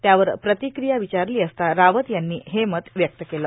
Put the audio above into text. त्यावर प्रांतक्रिया र्विचारलो असता रावत यांनी हे मत व्यक्त केलं